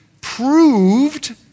proved